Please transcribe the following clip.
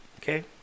Okay